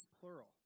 plural